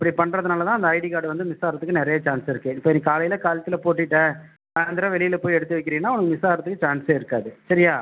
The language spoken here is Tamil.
இப்படி பண்ணுறதுனால தான் அந்த ஐடி கார்டு வந்து மிஸ் ஆகிறதுக்கு நிறைய சான்ஸ் இருக்குது இப்போ நீ காலையில் கழுத்தில் போட்டுட்டு சாய்ந்தரோம் வெளியில் போய் எடுத்து வைக்கிறீனா உனக்கு மிஸ் ஆகிறதுக்கு சான்ஸே இருக்காது சரியா